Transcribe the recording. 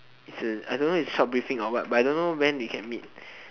so I don't know if it's short briefing or what but I don't know when we can meet